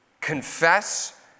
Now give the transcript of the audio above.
confess